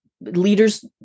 leaders